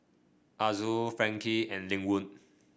Azul Frankie and Lynwood